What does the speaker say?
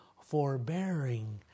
forbearing